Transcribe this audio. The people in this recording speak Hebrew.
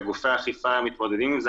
גופי האכיפה מתמודדים עם זה.